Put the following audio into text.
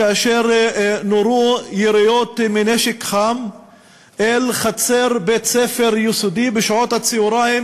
כאשר נורו יריות מנשק חם אל חצר בית-ספר יסודי בשעות הצהריים,